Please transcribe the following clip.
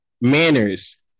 manners